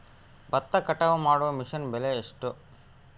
ಭತ್ತ ಕಟಾವು ಮಾಡುವ ಮಿಷನ್ ಬೆಲೆ ಎಷ್ಟು?